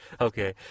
Okay